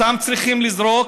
אותם צריכים לזרוק,